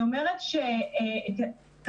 לדעתי,